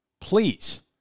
Please